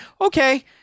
Okay